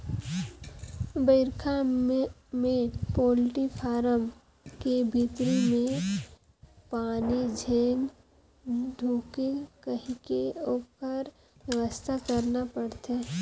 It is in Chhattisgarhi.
बइरखा में पोल्टी फारम के भीतरी में पानी झेन ढुंके कहिके ओखर बेवस्था करना परथे